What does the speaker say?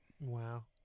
Wow